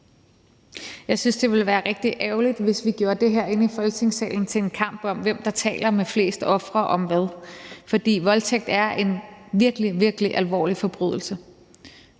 Jeg synes, det ville være rigtig ærgerligt, hvis vi herinde i Folketingssalen gjorde det til en kamp om, hvem der taler med flest ofre om hvad, for voldtægt er en virkelig, virkelig alvorlig forbrydelse.